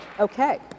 Okay